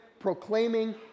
proclaiming